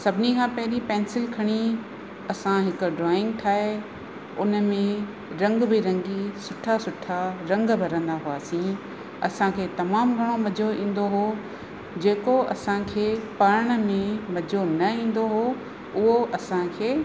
सभिनी खां पहिरीं पैंसिल खणी असां हिकु ड्रॉइंग ठाहे उन में रंग बिरंगी सुठा सुठा रंग बिरंगा हुआसीं असांखे तमामु घणो मज़ो ईंदो हुओ जेको असांखे पढ़ण में मज़ो न ईंदो हुओ उहो असांखे